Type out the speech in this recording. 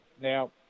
Now